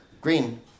Green